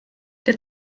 der